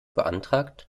beantragt